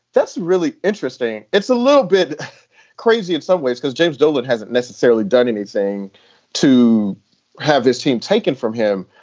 that's really interesting. it's a little bit crazy in some ways, because james dolan hasn't necessarily done anything to have this team taken from him.